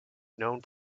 known